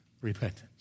repentance